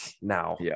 now